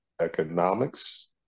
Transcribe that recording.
economics